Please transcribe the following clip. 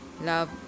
love